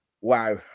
wow